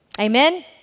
Amen